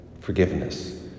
forgiveness